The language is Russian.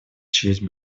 честь